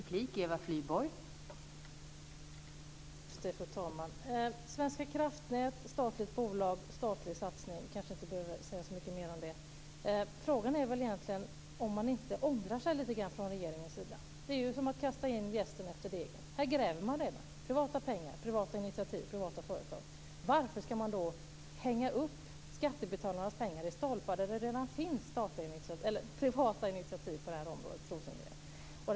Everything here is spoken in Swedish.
Fru talman! Svenska Kraftnät är ett statligt bolag. Det är en statlig satsning. Vi behöver kanske inte säga så mycket mer om det. Frågan är väl egentligen om inte regeringen ångrar sig lite grann. Detta är ju som att kasta in jästen efter degen. Här gräver man redan för privata pengar. Det är privata initiativ av privata företag. Varför ska man då hänga upp skattebetalarnas pengar i stolpar när det redan finns privata initiativ på det här området, Rosengren?